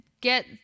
get